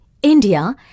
India